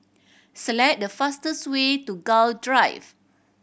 select the fastest way to Gul Drive